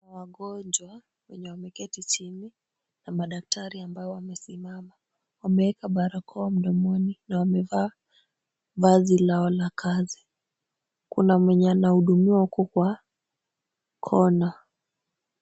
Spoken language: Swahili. Wagonjwa wenye wameketi chini na madaktari ambao wamesimama. Wameeka barakoa mdomoni na wamevaa vazi lao la kazi. Kuna mwenye anahudumiwa huku kwa kona.